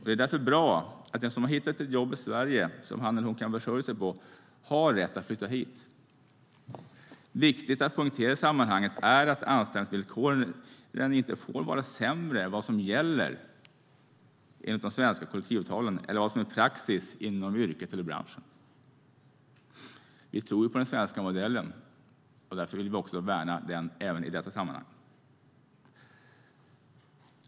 Det är därför bra att den som har hittat ett jobb i Sverige som han eller hon kan försörja sig på har rätt att flytta hit. Viktigt att poängtera i sammanhanget är att anställningsvillkoren inte får vara sämre än vad som gäller enligt de svenska kollektivavtalen eller vad som är praxis inom yrket eller branschen. Vi tror på den svenska modellen. Därför vill vi värna den även i detta sammanhang.